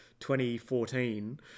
2014